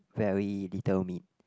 very little meat